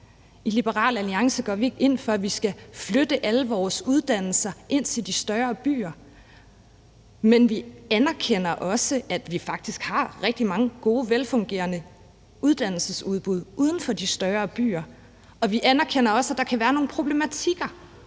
I Liberal Alliance går vi ikke ind for, at vi skal flytte alle vores uddannelser ind til de større byer, men vi anerkender, at vi faktisk har rigtig mange gode velfungerende uddannelsesudbud uden for de større byer. Og vi anerkender også, at der kan være nogle problematikker,